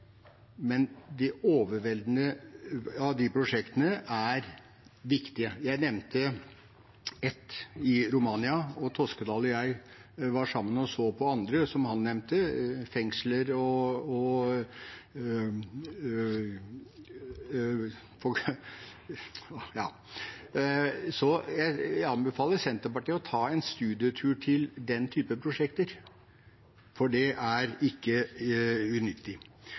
men det overveldende flertall av de prosjektene er viktige. Jeg nevnte et i Romania, og Toskedal og jeg var sammen og så på andre som han nevnte, bl.a. fengsler. Jeg anbefaler Senterpartiet å ta en studietur til den type prosjekter, for det er ikke unyttig.